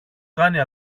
κάνει